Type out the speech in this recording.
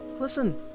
listen